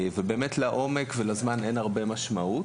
כשלעומק ולזמן אין הרבה משמעות.